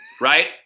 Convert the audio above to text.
Right